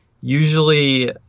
usually